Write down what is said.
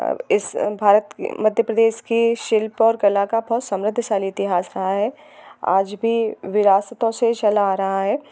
इस भारत मध्य प्रदेश की शिल्प और कला का बहुत समृद्धशाली इतिहास रहा है आज भी विरासतों से चला आ रहा है